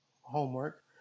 homework